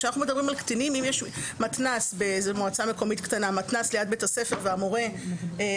אם יש מתנ"ס ליד בית הספר באיזו מועצה מקומית קטנה והמורה נמצא